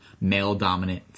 male-dominant